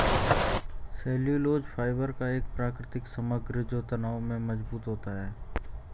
cellulose fibre का एक प्राकृतिक समग्र जो तनाव में मजबूत होता है